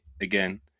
again